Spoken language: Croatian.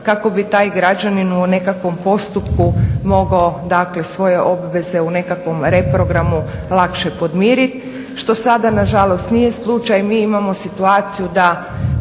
kako bi taj građanin u nekakvom postupku mogao, dakle svoje obveze u nekakvom reprogramu lakše podmiriti što sada na žalost nije slučaj. Mi imamo situaciju da